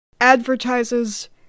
advertises